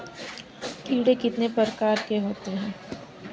कीड़े कितने प्रकार के होते हैं?